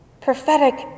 Prophetic